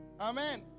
Amen